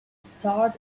starred